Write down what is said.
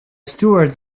stewards